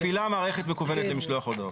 מפעילה מערכת מקוונת למשלוח הודעות.